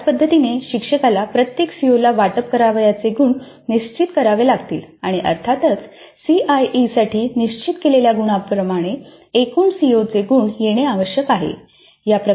त्याच पद्धतीने शिक्षकाला प्रत्येक सीओला वाटप करावयाचे गुण निश्चित करावे लागतील आणि अर्थातच सीआयई साठी निश्चित केलेल्या गुणांप्रमाणे एकूण सिओ चे गुण येणे आवश्यक आहे